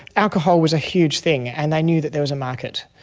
alcohol was a huge thing and they knew that there was a market.